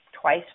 twice